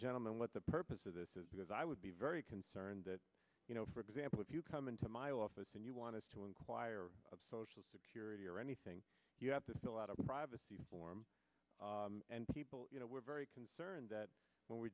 gentleman what the purpose of this is because i would be very concerned that you know for example if you come into my office and you want us to inquire of social security or anything you have to fill out a privacy form and people you know were very concerned that when we're